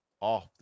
off